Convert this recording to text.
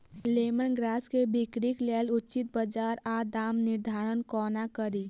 Lemon grass केँ बिक्रीक लेल उचित बजार आ दामक निर्धारण कोना कड़ी?